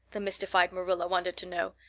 the mystified marilla wanted to know.